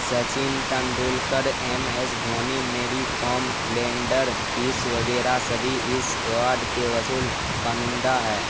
Sachin Tendulkar M S Dhoni Mary Kom Leander Paes وغیرہ سبھی اس ایوارڈ کے وصول کننڈہ ہے